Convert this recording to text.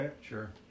Sure